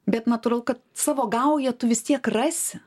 bet natūralu kad savo gaują tu vis tiek rasi